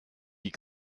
die